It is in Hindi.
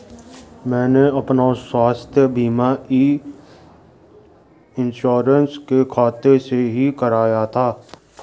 मैंने अपना स्वास्थ्य बीमा ई इन्श्योरेन्स के खाते से ही कराया था